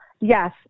Yes